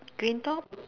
green top